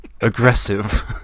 aggressive